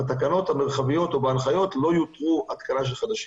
בהנחיות המרחביות לא תותר התקנה של חדשים.